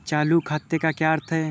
चालू खाते का क्या अर्थ है?